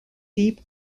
deep